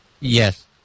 Yes